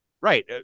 Right